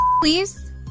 please